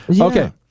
Okay